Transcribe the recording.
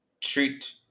treat